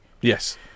Yes